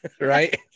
right